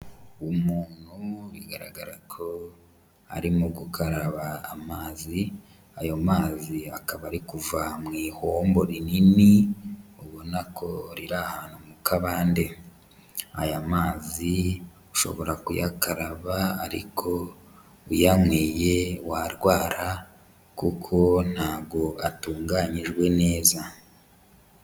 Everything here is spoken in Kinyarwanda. Umuntu bigaragara ko arimo gukaraba amazi, ayo mazi akaba ari kuva mu ihombo rinini, ubona ko riri ahantu mu kabande. Aya mazi ushobora kuyakaraba ariko uyanyweye warwara kuko ntabwo atunganyijwe neza.